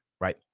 right